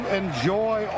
enjoy